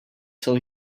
till